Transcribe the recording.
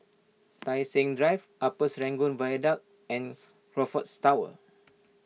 Tai Seng Drive Upper Serangoon Viaduct and Crockfords Tower